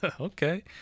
Okay